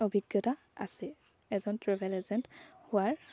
অভিজ্ঞতা আছে এজন ট্ৰেভেল এজেণ্ট হোৱাৰ